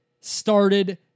started